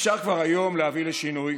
אפשר כבר היום להביא לשינוי